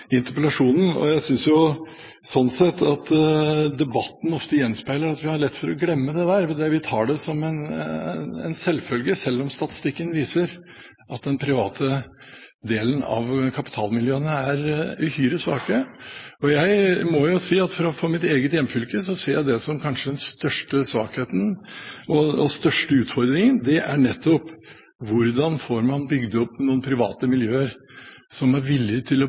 interpellasjonen. Jeg synes sånn sett at debatten ofte gjenspeiler at vi har lett for å glemme det der. Vi tar det som en selvfølge, selv om statistikken viser at den private delen av kapitalmiljøene er uhyre svake. Jeg må si at for mitt eget hjemfylke ser jeg det som kanskje den største svakheten, og den største utfordringen er nettopp hvordan man får bygget opp noen private miljøer som er villige til å